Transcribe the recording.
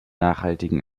nachhaltigen